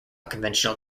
conventional